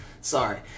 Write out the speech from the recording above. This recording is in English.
sorry